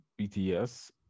BTS